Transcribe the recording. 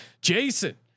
Jason